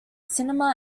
cinema